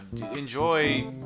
enjoy